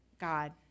God